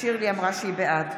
שירלי אמרה שהיא בעד.